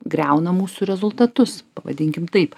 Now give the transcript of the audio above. griauna mūsų rezultatus pavadinkim taip